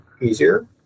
easier